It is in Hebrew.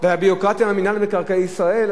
ועל הביורוקרטיה במינהל מקרקעי ישראל?